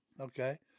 Okay